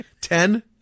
Ten